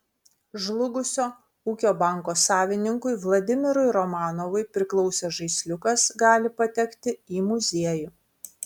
žlugusio ūkio banko savininkui vladimirui romanovui priklausęs žaisliukas gali patekti į muziejų